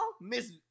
Miss